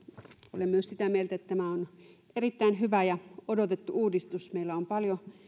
olen myös sitä mieltä että tämä on erittäin hyvä ja odotettu uudistus meillä on paljon